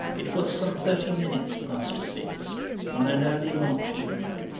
it was some thirty minutes past six on an early march evening,